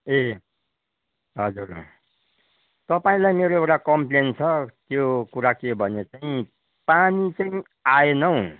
ए हजुर तपाईँलाई मेरो एउटा कम्पलेन छ त्यो कुरा के हो भने चाहिँ पानी चाहिँ आएन हौ